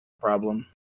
problem